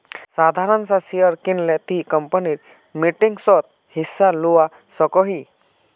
साधारण सा शेयर किनले ती कंपनीर मीटिंगसोत हिस्सा लुआ सकोही